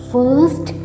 First